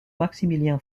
maximilien